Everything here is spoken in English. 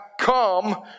come